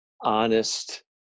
honest